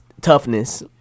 toughness